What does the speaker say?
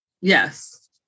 Yes